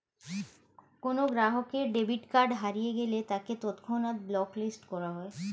কোনো গ্রাহকের debit card হারিয়ে গেলে তাকে তৎক্ষণাৎ ব্লক লিস্ট করা হয়